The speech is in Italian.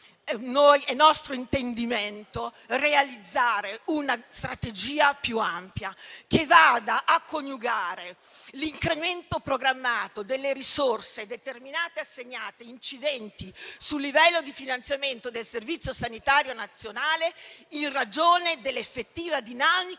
è nostro intendimento realizzare una strategia più ampia, che vada a coniugare l'incremento programmato delle risorse determinate e assegnate incidenti sul livello di finanziamento del servizio sanitario nazionale in ragione dell'effettiva dinamica